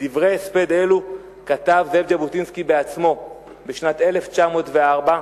דברי הספד אלו כתב זאב ז'בוטינסקי בעצמו בשנת 1904,